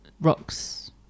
rocks